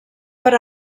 per